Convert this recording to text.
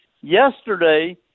Yesterday